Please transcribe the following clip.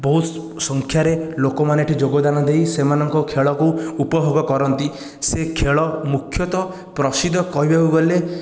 ବହୁତ ସଂଖ୍ୟାରେ ଲୋକମାନେ ଏଠି ଯୋଗଦାନ ଦେଇ ସେମାନଙ୍କର ଖେଳକୁ ଉପଭୋଗ କରନ୍ତି ସେ ଖେଳ ମୁଖ୍ୟତଃ ପ୍ରସିଦ୍ଧ କହିବାକୁ ଗଲେ